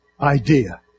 idea